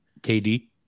KD